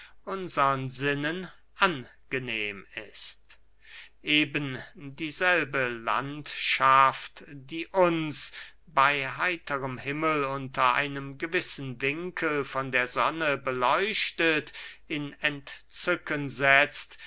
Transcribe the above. unsern sinnen angenehm ist eben dieselbe landschaft die uns bey heiterem himmel unter einem gewissen winkel von der sonne beleuchtet in entzücken setzt